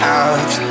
out